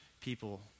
people